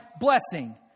blessing